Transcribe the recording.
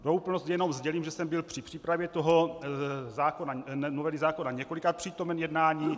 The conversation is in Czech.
Pro úplnost jenom sdělím, že jsem byl při přípravě novely zákona několikrát přítomen jednání.